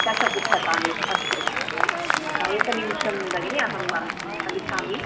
दशपुस्तकानि अस्तु एकनिमेषं भगिनि अहं लिखामि